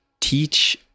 teach